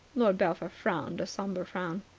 lord belpher frowned a sombre frown.